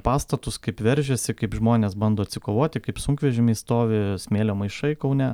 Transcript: pastatus kaip veržiasi kaip žmonės bando atsikovoti kaip sunkvežimiai stovi smėlio maišai kaune